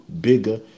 bigger